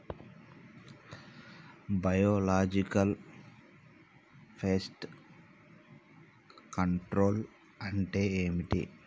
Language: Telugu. బయోలాజికల్ ఫెస్ట్ కంట్రోల్ అంటే ఏమిటి?